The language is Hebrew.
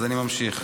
ממשיך.